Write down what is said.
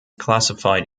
classified